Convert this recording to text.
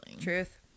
Truth